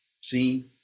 seen